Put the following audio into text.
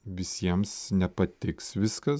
visiems nepatiks viskas